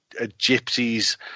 gypsies